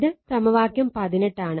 ഇത് സമവാക്യം 18 ആണ്